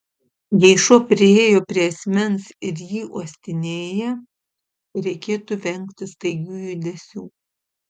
jei šuo priėjo prie asmens ir jį uostinėja reikėtų vengti staigių judesių